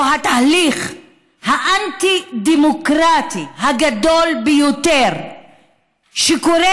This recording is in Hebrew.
או התהליך האנטי-דמוקרטי הגדול ביותר שקורה